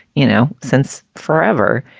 you know, since forever.